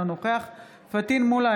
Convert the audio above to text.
אינו נוכח פטין מולא,